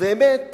ואולי